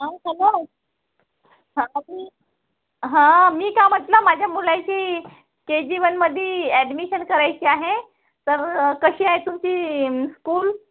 हा हॅलो हां मी हां मी काय म्हटलं माझ्या मुलाची के जी वनमध्ये ॲडमिशन करायची आहे तर कशी आहे तुमची स्कूल